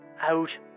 out